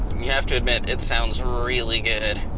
you have to admit, it sounds really good.